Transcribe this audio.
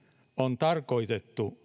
on tarkoitettu